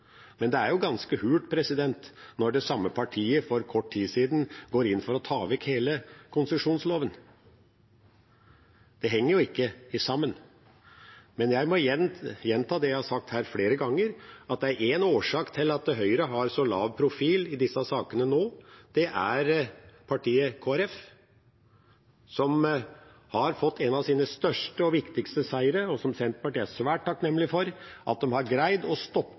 Men det er ganske hult når det samme partiet for kort tid siden gikk inn for å ta vekk hele konsesjonsloven. Det henger ikke sammen. Men jeg må gjenta det jeg har sagt her flere ganger: Det er én årsak til at Høyre har så lav profil i disse sakene nå, og det er partiet Kristelig Folkeparti, som har fått en av sine største og viktigste seire – som Senterpartiet er svært takknemlig for at de har greid – nemlig å stoppe